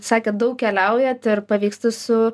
sakėt daug keliaujat ir pavyksta su